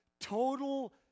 total